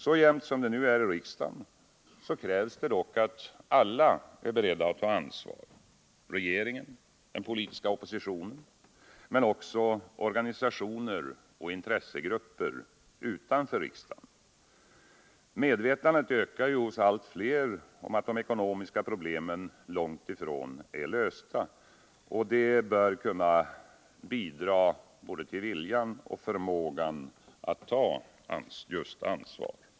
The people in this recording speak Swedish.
Så jämnt som det nu är i riksdagen krävs det dock att alla tar ansvar: regeringen och den politiska oppositionen men också organisationer och intressegrupper utanför riksdagen. Medvetandet om att de ekonomiska problemen långt ifrån är lösta ökar hos allt fler, och det bör kunna bidra till att öka både viljan och förmågan att ta ansvar.